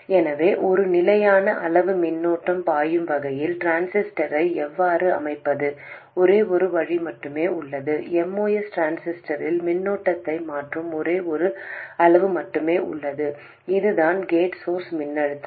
எனவே ஒரு நிலையான அளவு மின்னோட்டம் பாயும் வகையில் டிரான்சிஸ்டரை எவ்வாறு அமைப்பது ஒரே ஒரு வழி மட்டுமே உள்ளது MOS டிரான்சிஸ்டரில் மின்னோட்டத்தை மாற்றும் ஒரே ஒரு அளவு மட்டுமே உள்ளது அதுதான் கேட் சோர்ஸ் மின்னழுத்தம்